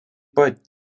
pat